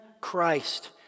Christ